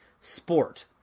sport